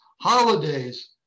holidays